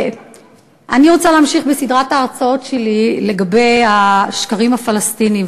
אני רוצה להמשיך בסדרת ההרצאות שלי על השקרים הפלסטיניים,